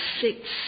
six